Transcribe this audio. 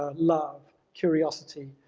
ah love, curiosity,